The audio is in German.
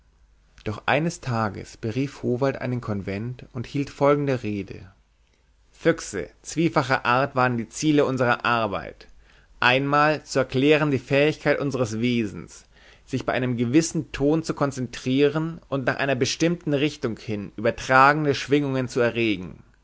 doch eines tages berief howald einen convent und hielt folgende rede füchse zwiefacher art waren die ziele unserer arbeit einmal zu erklären die fähigkeit unseres wesens sich bei einem gewissen ton zu konzentrieren und nach einer bestimmten richtung hin übertragende schwingungen zu erregen